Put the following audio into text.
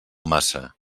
massa